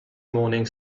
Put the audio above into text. morning